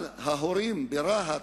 על ההורים ברהט,